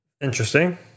interesting